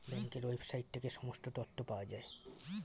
ব্যাঙ্কের ওয়েবসাইট থেকে সমস্ত তথ্য পাওয়া যায়